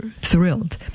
thrilled